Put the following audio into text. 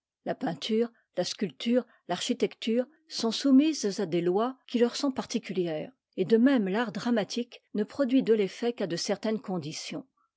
la peinture la sculpture l'arcliitecture sont soumises à des lois qui leur sont particulières et de même l'art dramatique ne produit de l'effet qu'à de certaines conditions